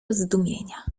zdumienia